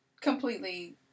completely